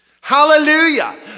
Hallelujah